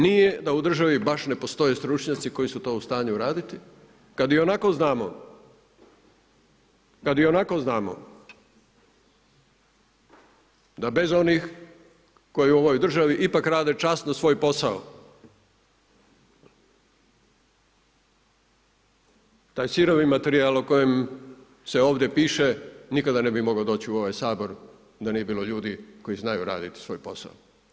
Nije da u državi baš ne postoje stručnjaci koji su to u stanju raditi kada i onako znamo da bez onih koji u ovoj državi ipak rade časno svoj posao, taj sirovi materijal o kojem se ovdje piše nikada ne bi mogao doći u ovaj Sabor da nije bilo ljudi koji znaju raditi svoj posao.